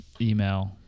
email